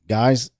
guys